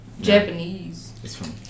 Japanese